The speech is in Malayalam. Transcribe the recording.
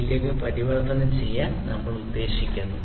0 ലേക്ക് പരിവർത്തനം ചെയ്യാൻ നമ്മൾ ഉദ്ദേശിക്കുന്നു